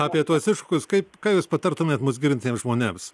apie tuos iššūkius kaip ką jūs patartumėt mus girdintiems žmonėms